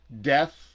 death